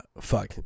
fuck